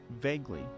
vaguely